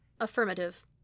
Affirmative